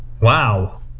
Wow